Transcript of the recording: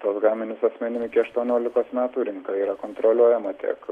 tuos gaminius asmenim iki aštuoniolikos metų rinka yra kontroliuojama tiek